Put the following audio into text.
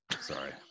Sorry